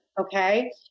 Okay